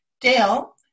dale